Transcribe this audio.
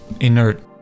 inert